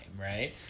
right